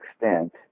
extent